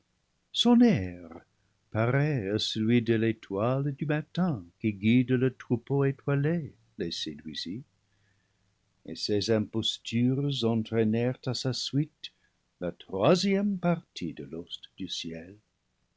pareil à celui de l'étoile du matin qui guide le troupeau étoilé les séduisit et ses impostures entraînèrent à sa suite la troisième partie de l'ost du ciel